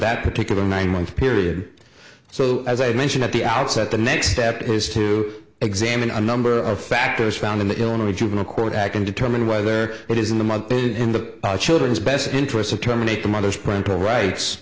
that particular nine month period so as i mentioned at the outset the next step is to examine a number of factors found in the illinois juvenile court and can determine whether it is in the month in the children's best interest to terminate the mother's parental rights